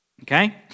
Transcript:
Okay